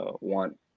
want